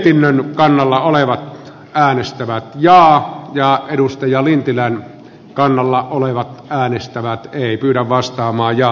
kiinan kannalla olevat tähän ystävä ja kannatan edustaja lintilän kannalla olivat vähän ystävä ei kyllä vastaamaan ehdotusta